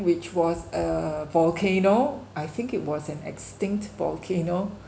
which was a volcano I think it was an extinct volcano